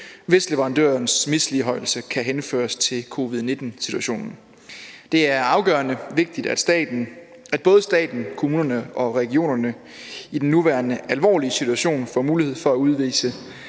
hvis leverandørens misligholdelse kan henføres til covid-19-situationen. Det er afgørende vigtigt, at både staten, kommunerne og regionerne i den nuværende alvorlige situation får mulighed for at udvise